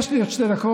יש לי עוד שתי דקות,